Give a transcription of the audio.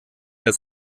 das